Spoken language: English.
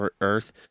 Earth